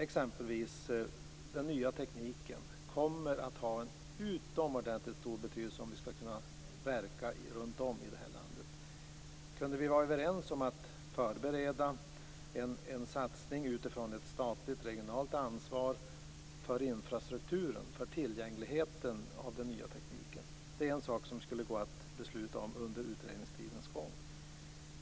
Exempelvis kommer den nya tekniken att ha en utomordentligt stor betydelse om vi skall kunna verka runt om i landet. Kan vi vara överens om att förbereda en satsning utifrån ett statligt regionalt ansvar för infrastrukturen, för tillgängligheten för den nya tekniken? Det är en sak som skulle gå att fatta beslut om under utredningens gång.